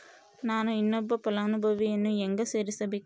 ನಾನು ಇನ್ನೊಬ್ಬ ಫಲಾನುಭವಿಯನ್ನು ಹೆಂಗ ಸೇರಿಸಬೇಕು?